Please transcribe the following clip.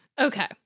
Okay